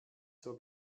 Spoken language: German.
zur